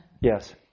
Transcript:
Yes